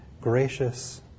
gracious